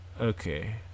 Okay